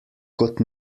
kot